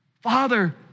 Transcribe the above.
Father